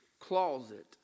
closet